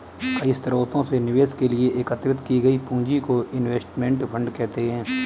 कई स्रोतों से निवेश के लिए एकत्रित की गई पूंजी को इनवेस्टमेंट फंड कहते हैं